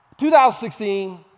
2016